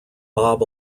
bob